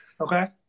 Okay